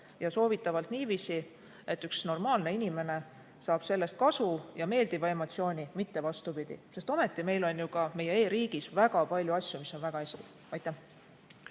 ja soovitatavalt niiviisi, et üks normaalne inimene saab sellest kasu ja meeldiva emotsiooni, mitte vastupidi. Sest ometi meil on ju ka meie e-riigis väga palju asju, mis on väga hästi. Riina